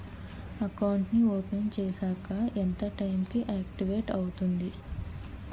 Account నీ open చేశాక ఎంత టైం కి ఆక్టివేట్ అవుతుంది?